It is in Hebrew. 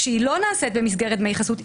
כשהיא לא נעשית במסגרת דמי חסות,